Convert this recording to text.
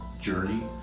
journey